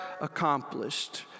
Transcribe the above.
accomplished